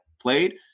played